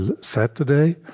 Saturday